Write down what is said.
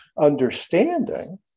understanding